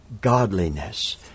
godliness